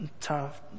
tough